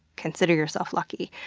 consider yourself lucky.